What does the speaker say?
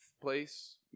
place